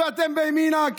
ואתם בימינה,